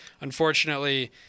unfortunately